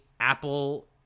Apple